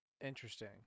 Interesting